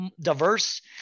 diverse